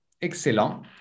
Excellent